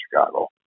Chicago